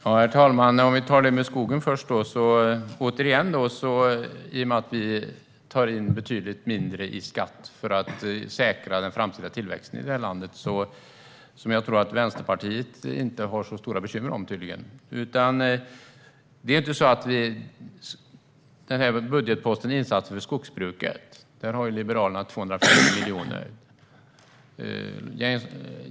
Herr talman! Låt oss ta skogen först. Vi tar in betydligt mindre i skatt för att säkra den framtida tillväxten i landet, en tillväxt som inte verkar bekymra Vänsterpartiet särskilt mycket. I budgetposten Insatser för skogsbruket har Liberalerna 250 miljoner.